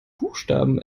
buchstaben